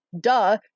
Duh